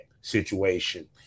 situation